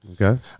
Okay